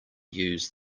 use